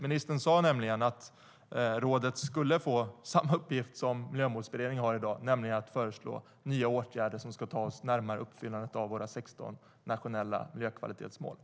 Ministern sa nämligen att rådet skulle få samma uppgift som Miljömålsberedningen har i dag - att föreslå nya åtgärder som ska ta oss närmare uppfyllandet av våra 16 nationella miljökvalitetsmål.